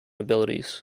abilities